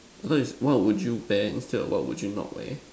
I heard it's what would you wear and what would you not wear